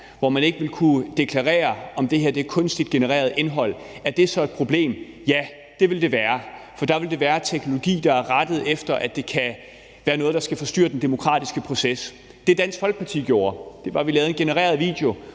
hvor man ikke vil kunne deklarere, at det er kunstigt genereret indhold, så er et problem. Ja, det vil det være. For der vil det være teknologi, der er rettet mod, at der er noget, der skal forstyrre den demokratiske proces. Det, Dansk Folkeparti gjorde, var, at vi lavede en genereret video,